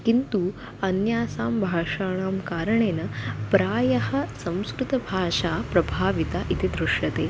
किन्तु अन्यासां भाषाणां कारणेन प्रायः संस्कृतभाषा प्रभाविता इति दृश्यते